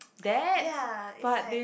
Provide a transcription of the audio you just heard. ya it's like